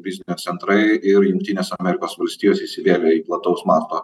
biznio centrai ir jungtinės amerikos valstijos įsivėlė į plataus masto